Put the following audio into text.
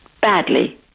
Badly